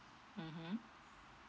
mmhmm